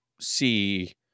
see